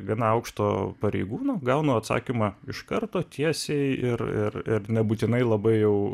gana aukšto pareigūno gaunu atsakymą iš karto tiesiai ir nebūtinai labai jau